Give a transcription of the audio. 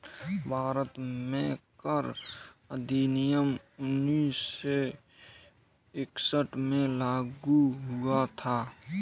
भारत में कर अधिनियम उन्नीस सौ इकसठ में लागू हुआ था